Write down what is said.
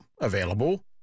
available